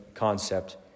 Concept